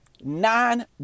nine